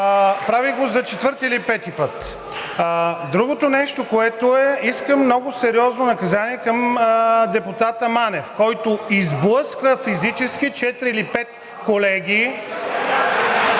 Прави го за четвърти или пети път. Другото нещо, искам много сериозно наказание към депутата Манев, който изблъска физически четирима или петима колеги